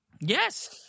Yes